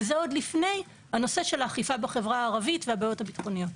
וזה עוד לפני הנושא של האכיפה בחברה הערבית והבעיות הביטחוניות.